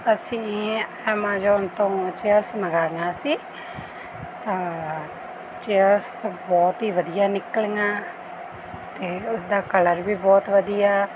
ਅਸੀਂ ਐਮਾਜ਼ੋਨ ਤੋਂ ਚੇਅਰਸ ਮੰਗਵਾਈਆਂ ਸੀ ਤਾਂ ਚੇਅਰਸ ਬਹੁਤ ਹੀ ਵਧੀਆ ਨਿਕਲੀਆਂ ਅਤੇ ਉਸਦਾ ਕਲਰ ਵੀ ਬਹੁਤ ਵਧੀਆ